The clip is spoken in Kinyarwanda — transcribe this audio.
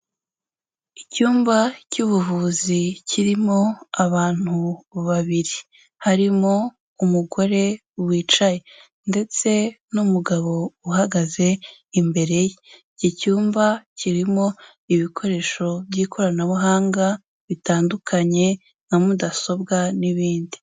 Icyumba cy'ubuvuzi kirimo abantu babiri, harimo umugore wicaye, ndetse n'umugabo uhagaze imbere ye, iki cyumba kirimo ibikoresho by'ikoranabuhanga bitandukanye nka mudasobwa, n'ibindi.